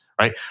right